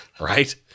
right